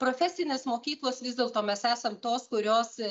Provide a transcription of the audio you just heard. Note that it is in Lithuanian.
profesinės mokyklos vis dėlto mes esam tos kurios